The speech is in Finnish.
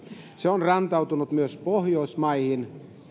se on rantautunut myös pohjoismaihin